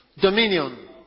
Dominion